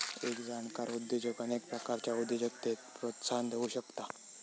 एक जाणकार उद्योजक अनेक प्रकारच्या उद्योजकतेक प्रोत्साहन देउ शकता